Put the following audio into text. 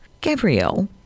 Gabrielle